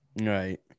right